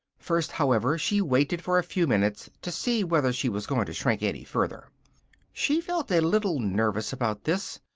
first, however, she waited for a few minutes to see whether she was going to shrink any further she felt a little nervous about this,